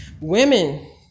Women